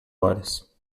horas